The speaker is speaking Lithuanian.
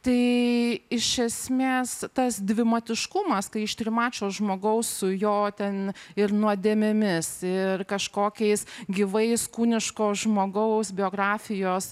tai iš esmės tas dvimatiškumas kai iš trimačio žmogaus su jo ten ir nuodėmėmis ir kažkokiais gyvais kūniško žmogaus biografijos